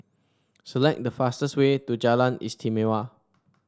select the fastest way to Jalan Istimewa